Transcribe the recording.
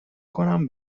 کنم